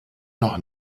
noch